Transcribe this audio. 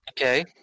Okay